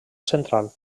central